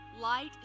light